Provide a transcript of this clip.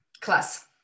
class